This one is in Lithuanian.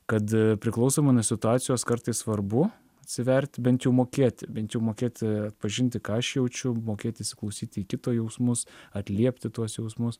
kad priklausomai nuo situacijos kartais svarbu atsivert bent jau mokėti bent jau mokėti atpažinti ką aš jaučiu mokėti įsiklausyti į kito jausmus atliepti tuos jausmus